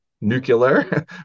nuclear